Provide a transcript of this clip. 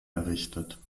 errichtet